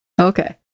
Okay